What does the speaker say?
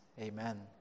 Amen